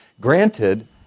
Granted